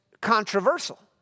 controversial